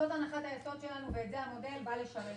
זאת הנחת היסוד שלנו, את זה המודל בא לשרת.